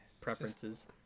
preferences